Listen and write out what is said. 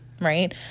right